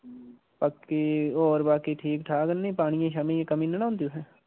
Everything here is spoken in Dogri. पक्की होर बाकि ठीक ठाक निं पानिये शानिये दी कमी निं ना होंदी उत्थैं